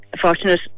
fortunate